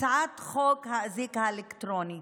את הצעת חוק האזיק האלקטרוני,